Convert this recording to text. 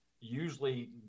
usually